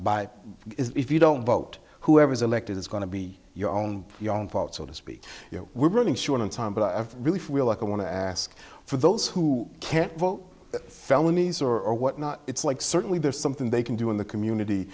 by if you don't vote whoever is elected is going to be your own your own vote so to speak you know we're running short on time but i really feel like i want to ask for those who can't vote felonies or what not it's like certainly there's something they can do in the community